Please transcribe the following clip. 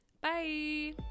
bye